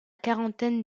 quarantaine